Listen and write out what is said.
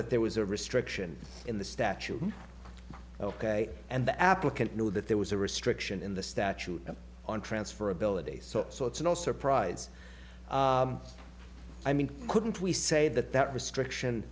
that there was a restriction in the statute ok and the applicant know that there was a restriction in the statute on transferability so so it's no surprise i mean couldn't we say that that restriction